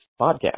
podcast